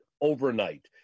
overnight